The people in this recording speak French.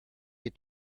est